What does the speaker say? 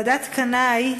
ועדת קנאי,